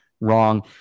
wrong